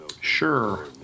Sure